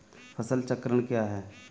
फसल चक्रण क्या है?